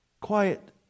quiet